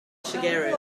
shigeru